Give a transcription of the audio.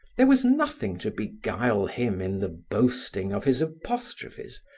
there was nothing to beguile him in the boasting of his apostrophes,